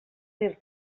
dir